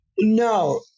No